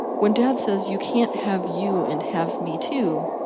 when dad says you can't have you and have me too.